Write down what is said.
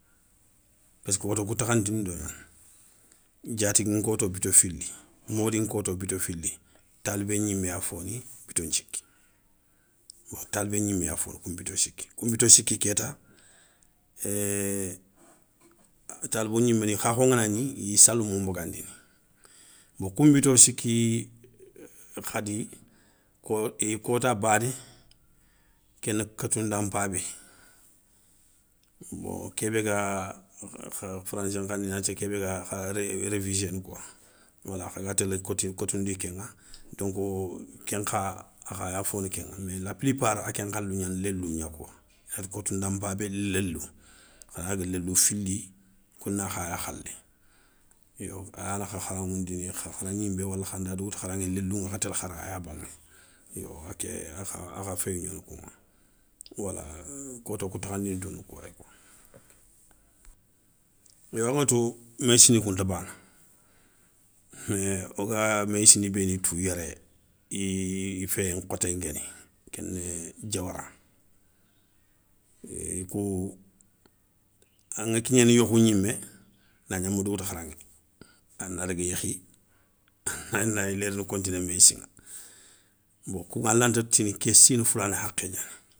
Peski koto kou takhandinto gnani, diatigui nkoto bito fili, modi nkoto bito fili, talibé gnimé ya foni bito nthiki. Talibé gnimé ya foni kou nbito sikki, kou nbito sikki kéta, ééé talibo gniméni khakho ngana gni iyi salimo nbagandini, bon kou nbito sikki khadi kota bané, kéna keutounda npabé, bon ké bé ga français nkhané inati ké bé ga kha révi réviséné koi wala khaga télé coti kotoundi kéŋa bon kenkha, a kha ya foni kéŋa mais la plus part a ken khalou gnana lélou gna koi. Inati kotounda npabé lélou, a na daga lélou fili, kouna khaya khalé, yo a yana kha kharaŋoundini, kha khara gninbé wala khanda dougouta kharaŋé lélou, khara gninbé wala khanda dougouta kharaŋé, lélouŋa kha télé kharaya banŋé. Yo a ké akha akha féyou gnana kouŋa, wala koto kou takhandintona kouwayi. Yo aŋatou méyssini kounta bana, woga meyssini béni tou yéré i féyé nkhoté nguéni, kéni diawara, i kou aŋa kignéné yeukhou gnimé nagna ma dougouta kharaŋé, a na daga yékhi, a na yilé riini continé meyssi bon kouŋa a lanta tini ké sini foulani hakhé gnani.